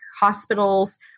hospitals